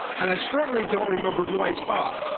and i certainly don't remember who i saw.